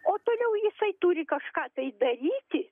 o toliau jisai turi kažką tai daryti